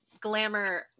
glamour